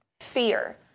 fear